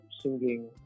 singing